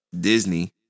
Disney